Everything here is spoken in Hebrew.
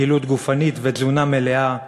פעילות גופנית ותזונה מלאה,